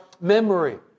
memory